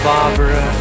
Barbara